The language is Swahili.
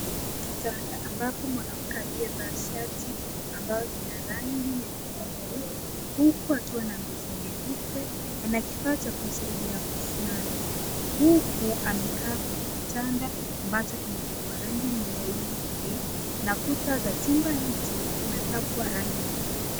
Ni kitanda ambapo mwanamke aliyevaa shati ambayo ni ya rangi nyekundu huku akiwa na uso nyeupe ana kifaa cha kumsaidia kusimama huku amekaa kwenye kitanda ambacho kimepakwa rangi nyeusi na kuta za chumba hicho kimepakwa rangi nyeupe.